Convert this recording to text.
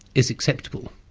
is acceptable.